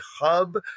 hub